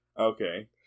Okay